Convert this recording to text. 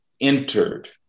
entered